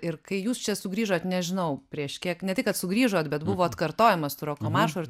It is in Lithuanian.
ir kai jūs čia sugrįžot nežinau prieš kiek ne tai kad sugrįžot bet buvo atkartojimas to roko maršo ir